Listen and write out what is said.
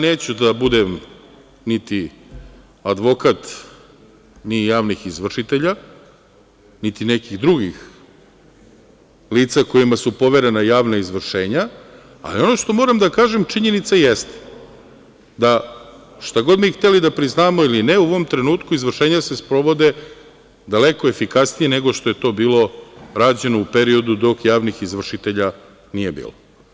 Neću da budem niti advokat javnih izvršitelja, niti nekih drugih lica kojima su poverena javna izvršenja, ali ono što moram da kažem činjenica jeste, da šta god mi hteli da priznamo ili ne u ovom trenutku izvršenja se sprovode daleko efikasnije nego što je to bilo rađeno u periodu dok javnih izvršitelja nije bilo.